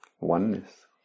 oneness